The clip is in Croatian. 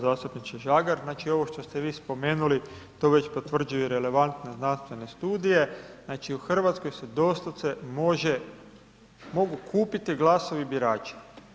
Zastupniče Žagar, znači ovo što ste vi spomenuli, to već potvrđuje relevantne znanstvene studije, znači u Hrvatskoj se doslovce mogu kupiti glasovi birača.